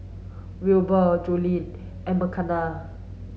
Wilber Joellen and Makena